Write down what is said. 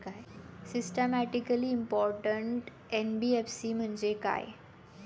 Systematically important NBFC म्हणजे काय?